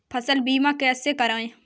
फसल बीमा कैसे कराएँ?